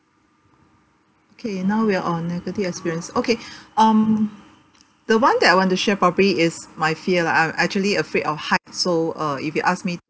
okay now we are on negative experience okay um the one that I want to share probably is my fear lah I'm actually afraid of height so uh if you ask me